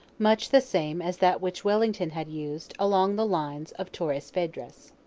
much the same as that which wellington had used along the lines of torres vedras.